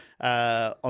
on